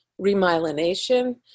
Remyelination